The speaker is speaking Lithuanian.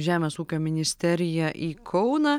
žemės ūkio ministeriją į kauną